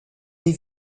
des